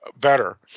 better